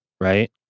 right